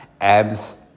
abs